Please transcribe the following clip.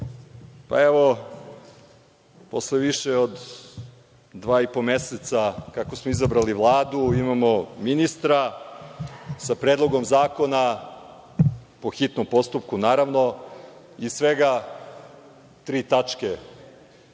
evo posle više od dva i po meseca kako smo izabrali Vladi imamo ministra sa predlogom zakona po hitnom postupku, naravno i svega tri tačke